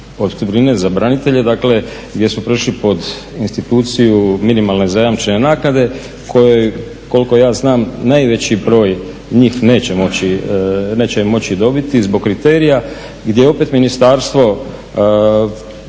opskrbnine za branitelje gdje su prešli pod instituciju minimalne zajamčene naknade kojoj koliko ja znam najveći broj njih neće moći dobiti zbog kriterija gdje je opet ministarstvo